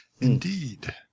Indeed